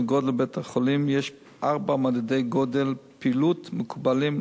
לגודל בית-החולים יש ארבעה מדדי גודל פעילות מקובלים,